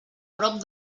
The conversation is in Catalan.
prop